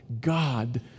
God